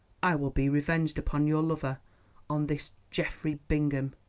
i will be revenged upon your lover on this geoffrey bingham.